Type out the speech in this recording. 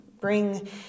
Bring